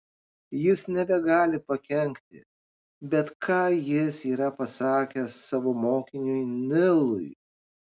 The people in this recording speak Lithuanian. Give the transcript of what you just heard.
jis nebegali pakenkti bet ką jis yra pasakęs savo mokiniui nilui